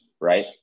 right